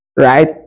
right